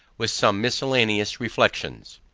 with some miscellaneous reflexions